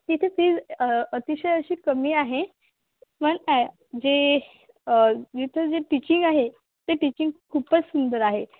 तिथे फीज अतिशय अशी कमी आहे पण हे जे तिथं जे टीचिंग आहे ते टीचिंग खूपच सुंदर आहे